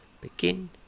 Begin